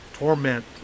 torment